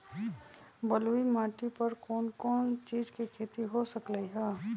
बलुई माटी पर कोन कोन चीज के खेती हो सकलई ह?